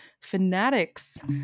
fanatics